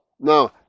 Now